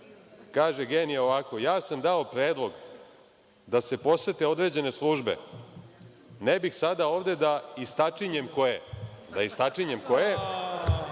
genije ovako – ja sam dao predlog da se posete određene službe, ne bih sada ovde da istačinjem koje ali kaže SNS može